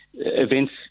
Events